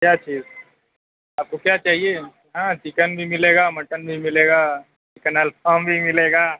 کیا چیز آپ کو کیا چاہئے ہاں چکن بھی مِلے گا مٹن بھی مِلے گا چکن الفام بھی مِلے گا